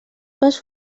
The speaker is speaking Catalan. pas